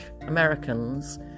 Americans